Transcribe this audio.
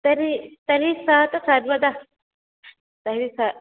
तर्हि तर्हि सः तु सर्वदा तर्हि स